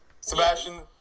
Sebastian